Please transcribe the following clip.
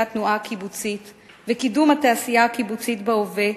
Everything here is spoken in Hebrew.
התנועה הקיבוצית וקידום התעשייה הקיבוצית בהווה,